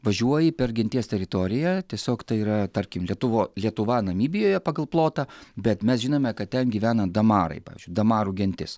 važiuoji per genties teritoriją tiesiog tai yra tarkim lietuvo lietuva namibijoje pagal plotą bet mes žinome kad ten gyvena damarai pavyzdžiui damarų gentis